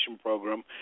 program